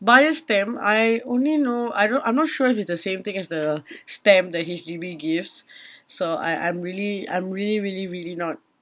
buyer's stamp I only know I don't I'm not sure if it's the same thing as the stamp that H_D_B gives so I I'm really I'm really really really not